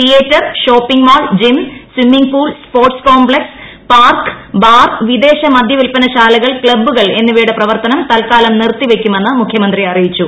theatre shopping mall gym സ്ട്രിമ്മിറ്റ് pool sports complex park bar വിദ്ദേശ് മദ്യ വില്പന ശാലകൾ ക്ലബ്കൾ എന്നിവയുടെ പ്രവർത്തന്ം തൽക്കാലം നിർത്തി വയ്ക്കുമെന്ന് മുഖ്യമന്ത്രി അറിയിച്ചു